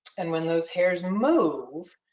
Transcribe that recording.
and when those hairs move,